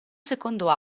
secondo